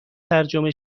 ترجمه